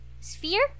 Sphere